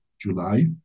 July